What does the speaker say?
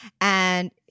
and-